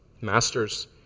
Masters